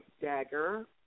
dagger